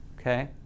okay